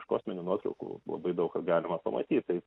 iš kosminių nuotraukų labai daug ką galima pamatyt tai